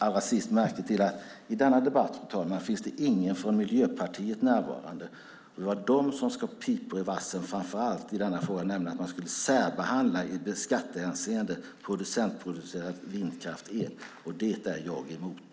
Slutligen noterar jag att det inte finns någon från Miljöpartiet närvarande i denna debatt. Det var framför allt de som skar i pipor i vassen och ville att man skulle särbehandla kooperativt producerad vindkraftsel i skattehänseende, vilket jag är emot.